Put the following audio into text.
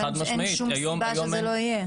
אין שום סיבה שלא יהיה.